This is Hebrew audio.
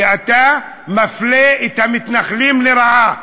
כי אתה מפלה את המתנחלים לרעה.